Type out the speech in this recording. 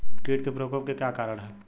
कीट के प्रकोप के क्या कारण हैं?